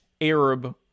Arab